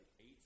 eight